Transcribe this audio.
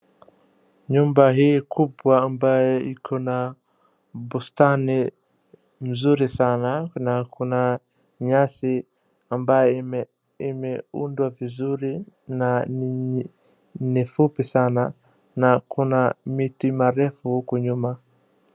Nyumba hii kubwa ambayo iko na bustani nzuri sana kuna, kuna nyasi ambayo imeundwa vizuri na ni fupi sana na kuna miti marefu huku nyuma,